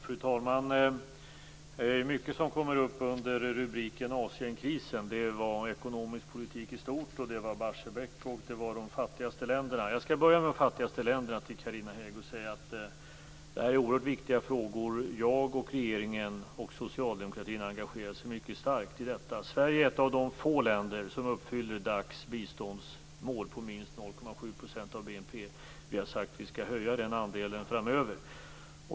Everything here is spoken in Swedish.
Fru talman! Det är mycket som kommer upp under rubriken Asienkrisen. Det är ekonomisk politik i stort, Barsebäck och de fattigaste länderna. Jag skall börja med de fattigaste länderna och säga till Carina Hägg att det här är oerhört viktiga frågor. Jag, regeringen och socialdemokratin engagerar oss mycket starkt i detta. Sverige är ett av de få länder som uppfyller biståndsmålet på minst 0,7 % av BNP. Vi har sagt att vi skall höja den andelen framöver.